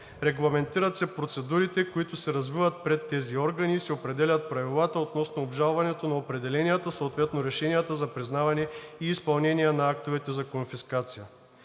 Регламентират се процедурите, които се развиват пред тези органи, и се определят правилата относно обжалването на определенията, съответно решенията за признаване и изпълнение на актовете за конфискация.